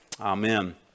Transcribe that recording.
Amen